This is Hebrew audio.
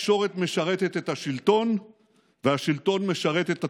התקשורת משרתת את השלטון והשלטון משרת את התקשורת.